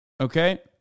Okay